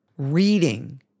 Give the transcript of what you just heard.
Reading